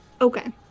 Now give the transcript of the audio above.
Okay